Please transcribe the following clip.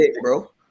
bro